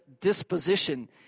disposition